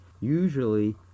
usually